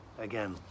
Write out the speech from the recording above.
Again